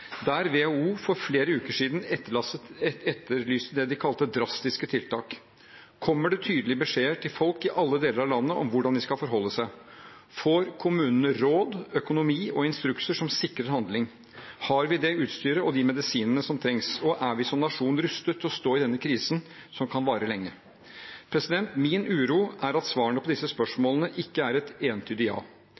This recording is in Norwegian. der WHO for flere uker siden etterlyste det de kalte drastiske tiltak? Kommer det tydelige beskjeder til folk i alle deler av landet om hvordan de skal forholde seg? Får kommunene råd, økonomi og instrukser som sikrer handling? Har vi det utstyret og de medisinene som trengs? Og er vi som nasjon rustet til å stå i denne krisen, som kan vare lenge? Min uro er at svarene på disse spørsmålene ikke er et entydig ja.